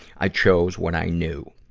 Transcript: i chose what i knew.